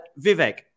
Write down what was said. Vivek